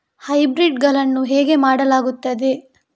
Hybrid ಗಳನ್ನು ಹೇಗೆ ಮಾಡಲಾಗುತ್ತದೆ?